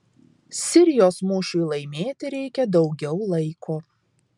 sirijos mūšiui laimėti reikia daugiau laiko